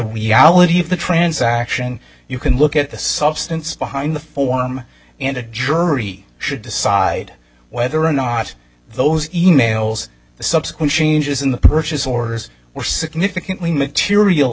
reality of the transaction you can look at the substance behind the form and a jury should decide whether or not those e mails the subsequent changes in the purchase orders were significantly material